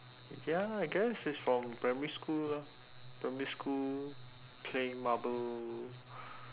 ya I guess it's from primary school lah primary school play marble